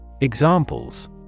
Examples